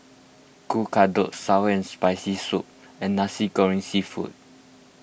Kueh Kodok Sour and Spicy Soup and Nasi Goreng Seafood